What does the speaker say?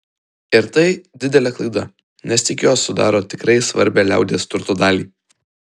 ir tai didelė klaida nes tik jos sudaro tikrai svarbią liaudies turto dalį